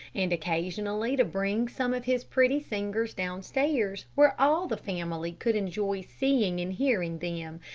and occasionally to bring some of his pretty singers downstairs, where all the family could enjoy seeing and hearing them,